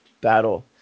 battle